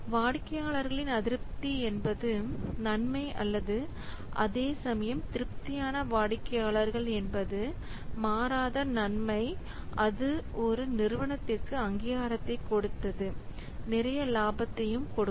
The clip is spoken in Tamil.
வாடிக்கையாளர்களின் அதிருப்தி என்பது நன்மை அல்ல அதேசமயம் திருப்தியான வாடிக்கையாளர்கள் என்பது மாறாத நன்மை அது ஒரு நிறுவனத்திற்கு அங்கீகாரத்தை கொடுத்தது நிறைய லாபத்தையும் கொடுக்கும்